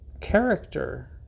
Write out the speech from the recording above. character